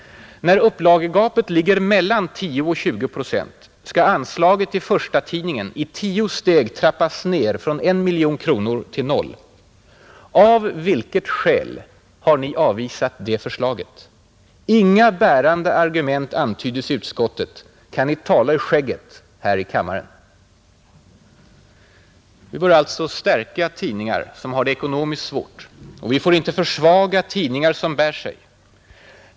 När upplagegapet ligger mellan 10 och 20 procent skall anslaget till förstatidningen i tio steg trappas ner från 1 miljon kronor till 0. Av vilket skäl har ni avvisat det förslaget? Inga bärande argument antyddes i utskottet — kan ni tala ur skägget här i kammaren? Vi bör alltså stärka tidningar som har det ekonomiskt svårt, och vi får inte försvaga tidningar som bär sig.